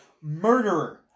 murderer